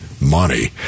money